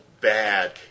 bad